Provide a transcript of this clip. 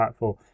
impactful